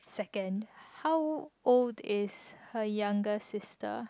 second how old is her younger sister